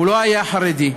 הוא לא היה חרדי,